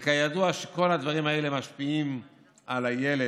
וידוע שכל הדברים האלה משפיעים על הילד,